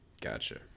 gotcha